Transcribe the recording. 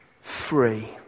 free